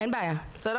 תודה רבה.